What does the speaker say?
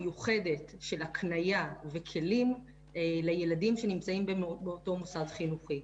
מיוחדת של הקנייה וכלים לילדים שנמצאים באותו מוסד חינוכי.